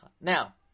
Now